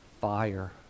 fire